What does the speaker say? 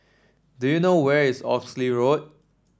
do you know where is Oxley Road